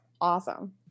awesome